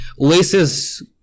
Oasis